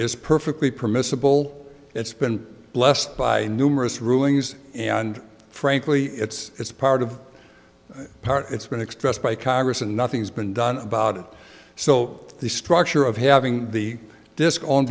is perfectly permissible it's been blessed by numerous rulings and frankly it's it's part of part it's been expressed by congress and nothing's been done about it so the structure of having the disc o